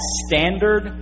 standard